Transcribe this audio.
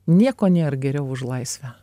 nieko nėra geriau už laisvę